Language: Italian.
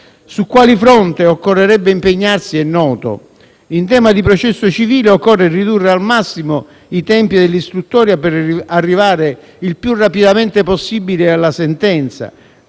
Su quali fronti occorrerebbe impegnarsi è noto. In tema di processo civile occorre ridurre al massimo i tempi dell'istruttoria per arrivare il più rapidamente possibile alla sentenza.